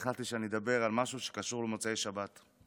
והחלטתי שאני אדבר על משהו שקשור למוצאי שבת.